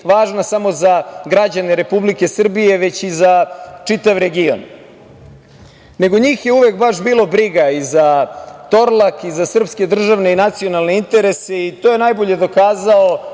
važna samo za građane Republike Srbije, već i za čitav region. Nego, njih je uvek baš bilo briga i za „Torlak“ i za srpske državne i nacionalne interese. To je najbolje dokazao